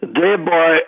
thereby